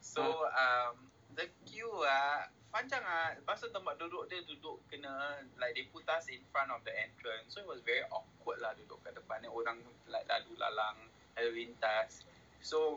so um the queue ah panjang ah lepas tu tempat dia duduk kena like they put us in front of the entrance so it was very awkward lah duduk kat depan orang nak lalu-lalang lalu lintas so